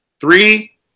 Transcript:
three